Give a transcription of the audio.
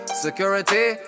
Security